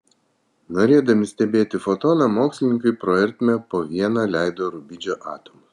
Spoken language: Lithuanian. norėdami stebėti fotoną mokslininkai pro ertmę po vieną leido rubidžio atomus